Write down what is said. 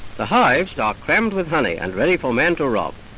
the hives got crammed with honey and ready for men to rob.